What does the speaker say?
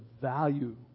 value